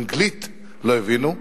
אנגלית לא הבינו,